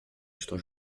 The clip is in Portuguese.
estão